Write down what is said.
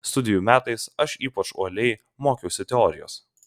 studijų metais aš ypač uoliai mokiausi teorijos